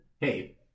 hey